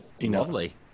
Lovely